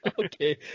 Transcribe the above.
okay